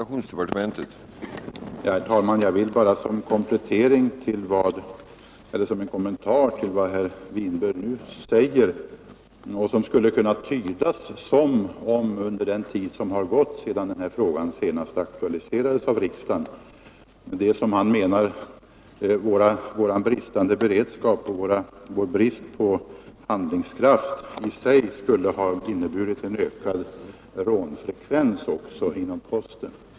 Herr talman! Jag vill bara göra en kommentar till vad herr Winberg sade, eftersom det skulle kunna tydas så att herr Winberg menar att bristande beredskap och brist på handlingskraft hos regeringen i sig skulle ha inneburit en ökad rånfrekvens inom posten.